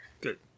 good